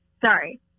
Sorry